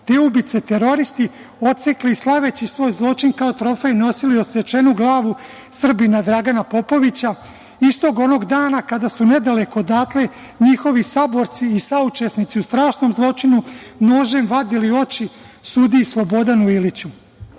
te ubice, teroristi odsekli, slaveći svoj zločin kao trofej, nosili odsečenu glavu Srbina Dragana Popovića istog onog dana kada su nedaleko odatle njihovi saborci i saučesnici u strašnom zločinu nožem vadili oči sudiji Slobodan Iliću,